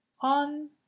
on